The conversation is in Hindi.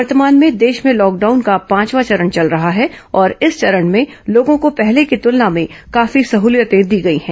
वर्तमान में देश में लॉकडाउन का पांचवा चरण चल रहा है और इस चरण में लोगों को पहले की तुलना में काफी सहूलियत दी गई है